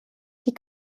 die